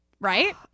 Right